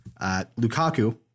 Lukaku